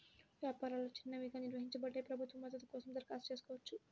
వ్యాపారాలు చిన్నవిగా నిర్వచించబడ్డాయి, ప్రభుత్వ మద్దతు కోసం దరఖాస్తు చేసుకోవచ్చు